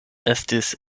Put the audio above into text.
estis